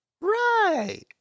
right